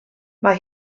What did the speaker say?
mae